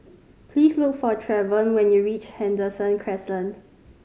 please look for Trevon when you reach Henderson Crescent